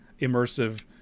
immersive